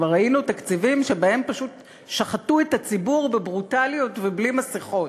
כבר ראינו תקציבים שבהם פשוט שחטו את הציבור בברוטליות ובלי מסכות.